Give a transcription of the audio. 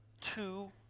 two